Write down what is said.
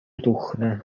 тухнӑ